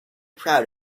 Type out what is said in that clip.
proud